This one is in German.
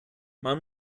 man